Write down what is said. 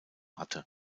hatte